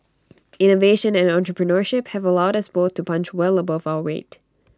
innovation and entrepreneurship have allowed us both to punch well above our weight